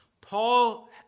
Paul